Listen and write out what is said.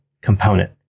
component